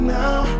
now